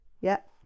Yep